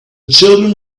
children